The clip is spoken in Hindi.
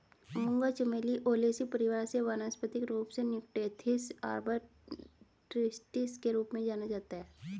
मूंगा चमेली ओलेसी परिवार से वानस्पतिक रूप से निक्टेन्थिस आर्बर ट्रिस्टिस के रूप में जाना जाता है